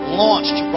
launched